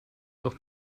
doch